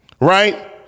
right